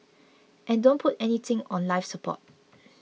and don't put anything on life support